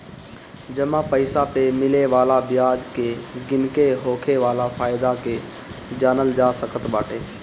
जमा पईसा पअ मिले वाला बियाज के गिन के होखे वाला फायदा के जानल जा सकत बाटे